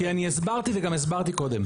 כי אני הסברתי וגם הסברתי קודם.